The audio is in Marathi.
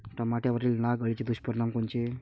टमाट्यावरील नाग अळीचे दुष्परिणाम कोनचे?